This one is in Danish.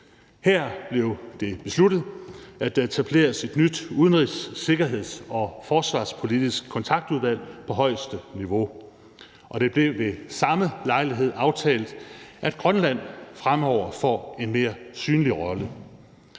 Her blev det besluttet, at der etableres et nyt udenrigs-, sikkerheds- og forsvarspolitisk kontaktudvalg på højeste niveau. Det blev ved samme lejlighed aftalt, at Grønland fremover får en mere synlig rolle.